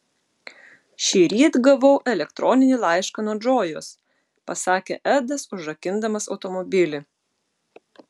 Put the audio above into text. šįryt gavau elektroninį laišką nuo džojos pasakė edas užrakindamas automobilį